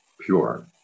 pure